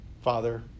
Father